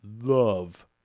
love